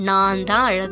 Nanda